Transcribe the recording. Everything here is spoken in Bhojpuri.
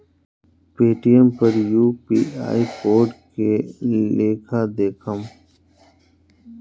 पेटीएम पर यू.पी.आई कोड के लेखा देखम?